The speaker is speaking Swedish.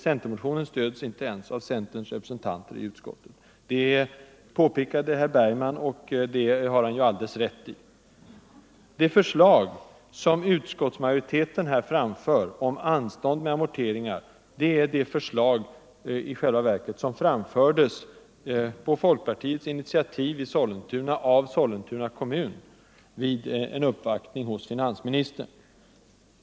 Centermotionen stöds inte ens av centerns representanter i utskottet — det påpekade herr Bergman, och det har han alldeles rätt i. Det förslag som utskottsmajoriteten här framför om anstånd med amorteringarna är i själva verket det förslag som Sollentuna kommun, på initiativ av folkpartiet i Sollentuna, framförde vid en uppvaktning hos finansministern.